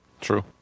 true